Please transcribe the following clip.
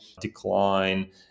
decline